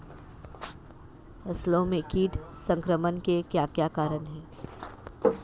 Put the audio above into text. फसलों में कीट संक्रमण के क्या क्या कारण है?